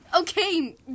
Okay